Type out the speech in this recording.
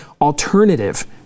alternative